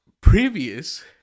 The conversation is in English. previous